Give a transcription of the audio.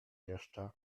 jeszcze